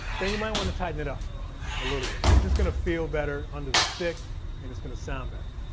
then you might want to tighten it up a little bit. it's just gonna feel better under the stick and it's gonna sound better.